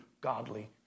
godly